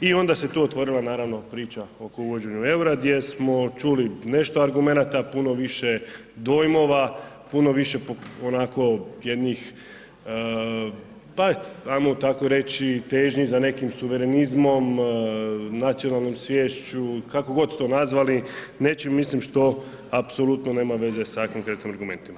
i onda se tu otvorila naravno priča oko uvođenja EUR-a gdje smo čuli nešto argumenata, puno više dojmova, puno više onako jednih, pa ajmo tako reći, težnji za nekim suverenizmom, nacionalnom sviješću, kako god to nazvali nečim, mislim što apsolutno nema veze sa ovakvim … [[Govornik se ne razumije]] argumentima.